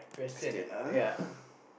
question ah